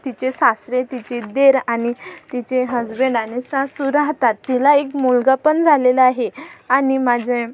तिचे सासरे तिचे दीर आणि तिचे हजबंड आणि सासू राहतात तिला एक मुलगा पण झालेला आहे आणि माझे